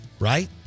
Right